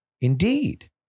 Indeed